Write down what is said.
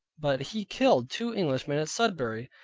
but he killed two englishmen at sudbury,